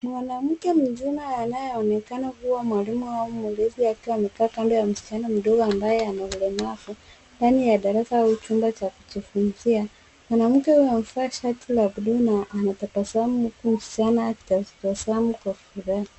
Mwanamke mzima anayeonekana kuwa mwalimu au mlezi akiwa amekaa kando ya msichana madogo ambaye ana ulemavu ndani ya darasa au chumba cha kujifunzia. Mwanamke huyo amevaa shati la buluu na anatabasamu huku msichana akitabasamu kwa furaha.